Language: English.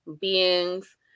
beings